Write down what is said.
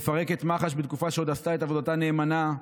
לפרק את מח"ש בתקופה שעוד עשתה את עבודתה נאמנה,